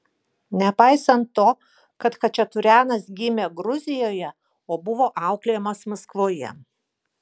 nepaisant to kad chačaturianas gimė gruzijoje o buvo auklėjamas maskvoje